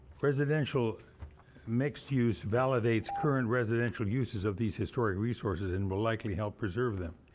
residential mixed use validates current residential uses of these historic resources and will likely help preserve them.